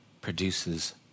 produces